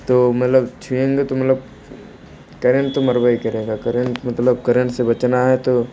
तो मलब छुएंगे तो मलब करेंट तो मरबै करेगा करेंट मतलब करेंट से बचना है तो